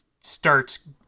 starts